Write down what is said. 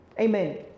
Amen